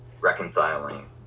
reconciling